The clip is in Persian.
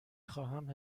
خواهم